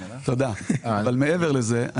מעבר לזה,